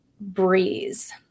breeze